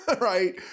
right